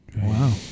Wow